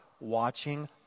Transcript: watching